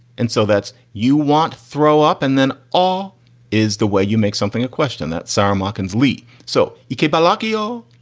and so that's you want throw up. and then all is the way you make something. a question that samaa kinsley. so you keep bellocchio.